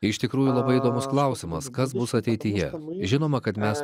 iš tikrųjų labai įdomus klausimas kas bus ateityje žinoma kad mes